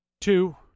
two